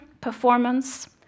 performance